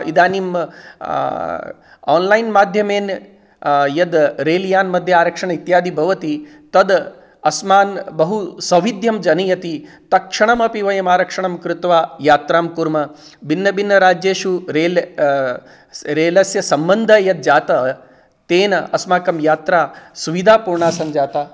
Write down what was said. इदानीं आन्लैन् माध्यमेन यद् रेल्यानमध्ये आरक्षणम् इत्यादि भवति तद् अस्मान् बहु सौविध्यं जनयति तत्क्षणम् अपि वयम् आरक्षणं कृत्वा यात्रां कुर्मः भिन्नभिन्नराज्येषु रेल रेलस्य सम्बन्धः यः जातः तेन अस्माकं यात्रा सुविधापूर्णा सञ्जाता